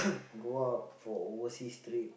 go out for overseas trip